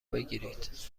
بگیرید